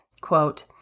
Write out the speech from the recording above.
quote